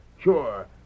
Sure